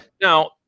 Now